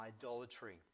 idolatry